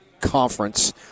conference